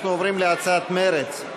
אנחנו עוברים להצעת מרצ: